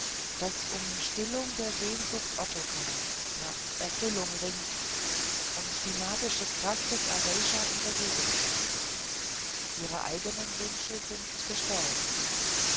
das um stillung der sehnsucht ottokars nach erfüllung ringt und die magische kraft des aweysha in bewegung setzt ihre eigenen wünsche sind gestorben